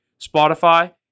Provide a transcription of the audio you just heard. Spotify